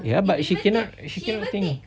ya but she cannot she cannot take